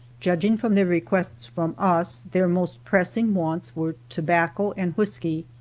judging from their requests from us, their most pressing wants were tobacco and whisky.